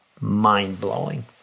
mind-blowing